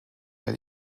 der